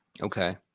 Okay